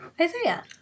Isaiah